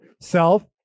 self